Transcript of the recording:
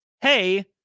Hey